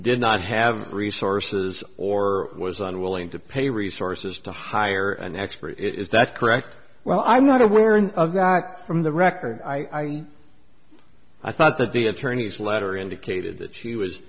did not have resources or was unwilling to pay resources to hire an expert is that correct well i'm not aware of got from the record i i thought that the attorney's letter indicated that she was